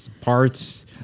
parts